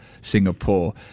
Singapore